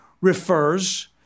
refers